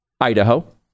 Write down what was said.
Idaho